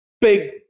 big